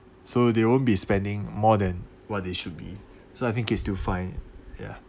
so they won't be spending more than what they should be so I think is still fine ya